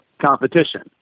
competition